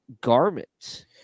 Garment